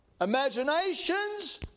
imaginations